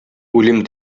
үлем